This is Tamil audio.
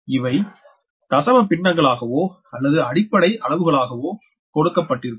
இவை தசம பின்னங்களாகவோ அல்லது அடிப்படை அலுவுகளாகவோ கொடுக்கப்பட்டிருக்கும்